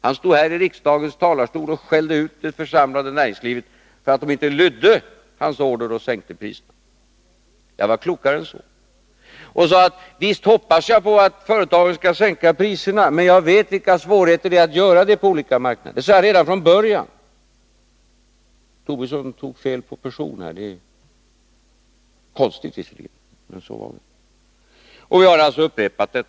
Han stod här i riksdagens talarstol och skällde ut det samlade näringslivet för att de inte lydde hans order och sänkte priserna. Jag var klokare än så och sade: Visst hoppas jag att företagen skall sänka priserna, men jag vet vilka svårigheter det kan innebära att göra det på olika marknader. Det sade jag redan från början. Herr Tobisson tog fel på person här. Det är visserligen konstigt, men så var det.